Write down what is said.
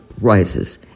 rises